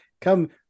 come